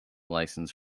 license